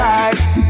lights